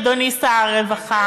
אדוני שר הרווחה.